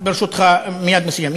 ברשותך, אני מייד מסיים.